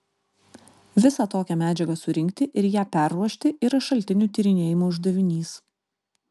visą tokią medžiagą surinkti ir ją perruošti yra šaltinių tyrinėjimo uždavinys